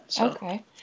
Okay